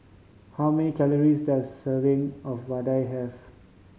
how many calories does a serving of vadai have